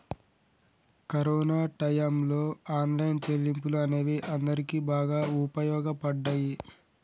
corona టైయ్యంలో online చెల్లింపులు అనేవి అందరికీ బాగా వుపయోగపడ్డయ్యి